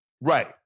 Right